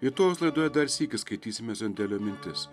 rytojaus laidoje dar sykį skaitysime zendelio mintis